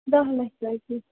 دَہ لَچھ رۄپیہِ